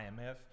IMF